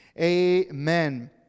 Amen